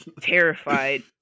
terrified